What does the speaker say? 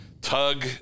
Tug